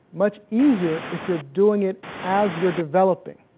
much easier if you're doing it as you're developing!